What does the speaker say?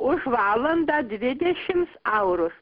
už valandą dvidešimt eurų